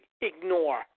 ignore